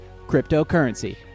cryptocurrency